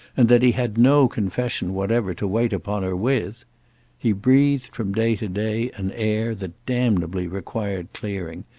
and that he had no confession whatever to wait upon her with he breathed from day to day an air that damnably required clearing,